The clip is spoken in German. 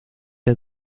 der